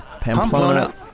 Pamplona